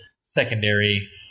secondary